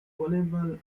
volleyball